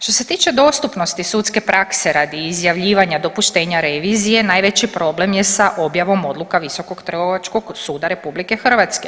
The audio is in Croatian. Što se tiče dostupnosti sudske prakse radi izjavljivanja dopuštanja revizije najveći problem je sa objavom odluka Visokog trgovačkog suda RH.